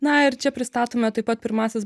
na ir čia pristatome taip pat pirmąsias